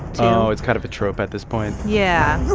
too oh, it's kind of a trope at this point yeah